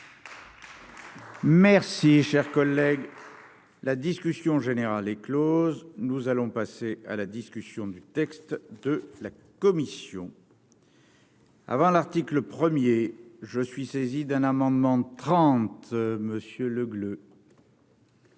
Merci, cher collègue. La discussion générale est Close, nous allons passer à la discussion du texte de la commission. Avant l'article 1er je suis saisi d'un amendement 30 Monsieur